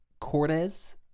Cortez